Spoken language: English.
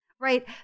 Right